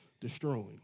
destroying